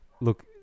Look